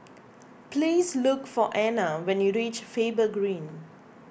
please look for Anna when you reach Faber Green